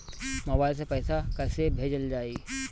Mobile से पैसा कैसे भेजल जाइ?